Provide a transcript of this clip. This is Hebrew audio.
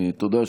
תודה.